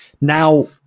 Now